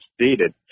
stated